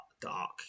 dark